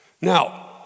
Now